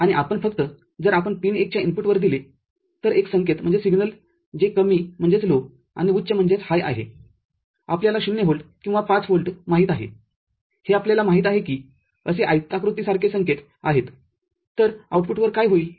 आणि आपण फक्त जर आपण पिन १ च्या इनपुटवर दिले तर एक संकेत जे कमीआणि उच्च आहेआपल्याला ० व्होल्ट किंवा ५ व्होल्ट माहित आहेहे आपल्याला माहित आहे की असे आयताकृतीसारखे संकेतआहेत तर आउटपुटवर काय होईल